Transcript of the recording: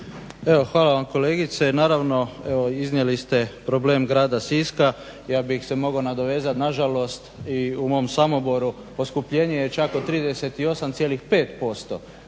hvala vam kolegice. Naravno iznijeli ste problem grada Siska, ja bih se mogao nadovezati nažalost i u mom Samoboru poskupljenje je čak od 38,5%